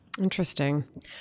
Interesting